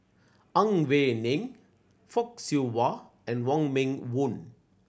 Ang Wei Neng Fock Siew Wah and Wong Meng Voon